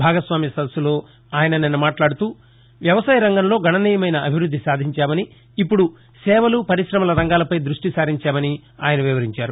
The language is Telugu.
భాగస్వామ్య సదస్సులో ఆయన నిన్న మాట్లాడుతూ వ్యవసాయరంగంలో గణనీయమైన అభివృద్ది సాధించామని ఇప్పుడు సేవలు పరిశమల రంగాలపై దృష్టి సారించామని ఆయన వివరించారు